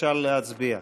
אפשר להצביע.